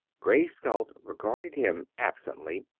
grace galt regarded him absently,